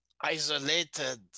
isolated